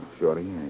Shorty